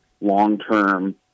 long-term